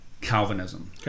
Calvinism